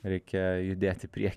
reikia judėt į priekį